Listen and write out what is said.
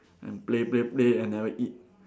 and play play play and never eat